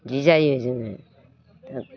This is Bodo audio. बिदि जायो जोङो